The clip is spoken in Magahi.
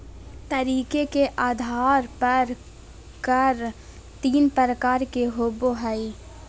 तरीके के आधार पर कर तीन प्रकार के होबो हइ